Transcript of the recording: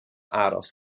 aros